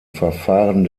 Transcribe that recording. verfahren